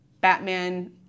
Batman